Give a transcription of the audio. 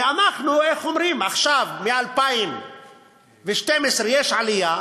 ועכשיו, מ-2012 יש עלייה,